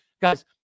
Guys